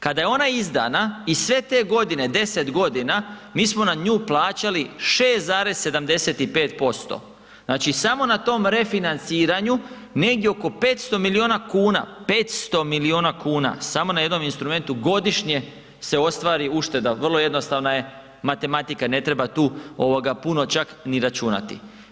Kada je ona izdana i sve te godine, 10 godina mi smo na nju plaćali 6,75% znači samo na tom refinanciranju negdje oko 500 miliona kuna, 500 miliona kuna samo na jednom instrumentu godišnje se ostvari ušteda, vrlo jednostavna je matematika ne treba tu ovoga puno čak ni računati.